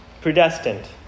predestined